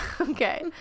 Okay